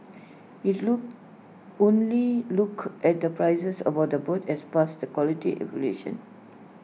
IT look only looked at the prices about the bids had passed the quality evaluation